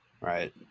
right